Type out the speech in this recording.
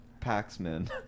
Paxman